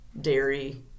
dairy